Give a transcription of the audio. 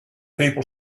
people